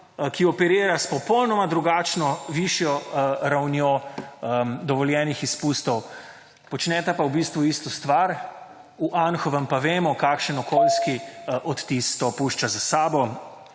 ki operira s popolnoma drugačno, višjo ravnjo dovoljenih izpustov, počneta pa v bistvu isto stvar. V Anhovem pa vemo, kakšen okoljski vtis to pušča za seboj: